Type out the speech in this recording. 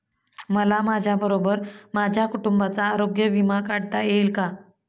मला माझ्याबरोबर माझ्या कुटुंबाचा आरोग्य विमा काढता येईल का?